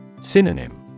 Synonym